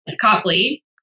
Copley